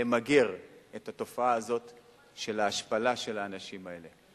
כדי למגר את התופעה הזאת של ההשפלה של האנשים האלה.